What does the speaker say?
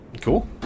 cool